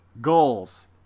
Goals